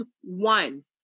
one